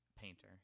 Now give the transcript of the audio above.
painter